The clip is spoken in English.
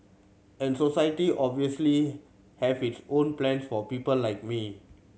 and society obviously have its own plans for people like me